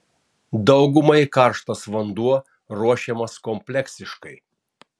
daugumai karštas vanduo ruošiamas kompleksiškai